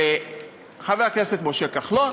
שחבר הכנסת משה כחלון